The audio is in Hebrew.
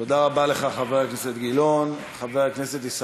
תודה רבה לך, חבר הכנסת גילאון.